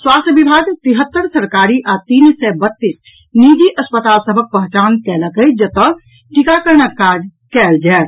स्वास्थ्य विभाग तिहत्तर सरकारी आ तीन सय बत्तीस निजी अस्पताल सभक पहचान कयलक अछि जतऽ टीकाकरणक कार्य कयल जायत